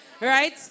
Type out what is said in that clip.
Right